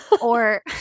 or-